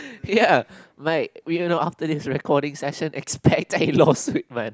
ya my we do not after this recording session expect I lost weight man